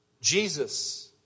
Jesus